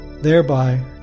thereby